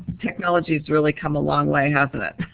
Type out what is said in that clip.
technology has really come a long way, hasn't it.